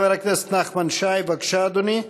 חבר הכנסת נחמן שי, בבקשה, אדוני.